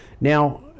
now